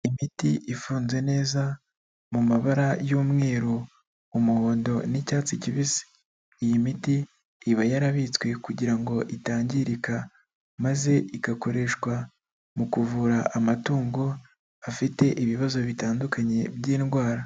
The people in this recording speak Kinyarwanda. Imiti ifunze neza mu mabara y'umweru, umuhondo n'icyatsi kibisi, iyi miti iba yarabitswe kugira ngo itangirika, maze igakoreshwa mu kuvura amatungo afite ibibazo bitandukanye by'indwara.